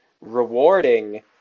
rewarding